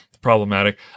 problematic